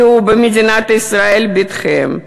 ראו במדינת ישראל את ביתכם,